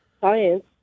science